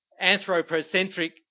anthropocentric